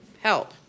help